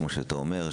כמו שאתה אומר,